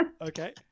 okay